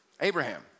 Abraham